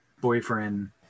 boyfriend